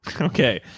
Okay